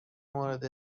مورد